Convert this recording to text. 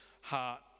heart